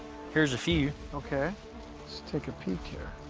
here's a few okay let's take a peek here